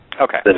Okay